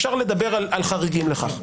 אפשר לדבר על חריגים לכך.